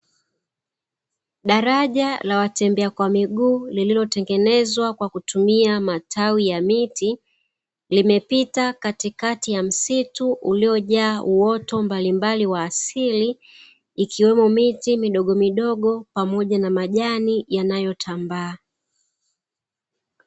Daraja la watembea kwa miguu, lililotengenezwa kwa kutumia matawi ya mti, limepita katikati ya msitu uliojaa uoto mbalimbali wa asili, ikiwemo miti midogomidogo pamoja na majani yanayotambaa.